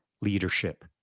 leadership